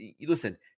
listen